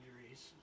injuries